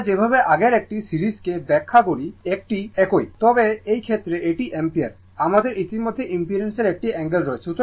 আমরা যেভাবে আগের একটি সিরিজ কে ব্যাখ্যা করি এটি একই তবে এই ক্ষেত্রে এটি অ্যাম্পিয়ার আমাদের ইতিমধ্যে ইমপেডেন্সের একটি অ্যাঙ্গেল রয়েছে